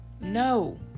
no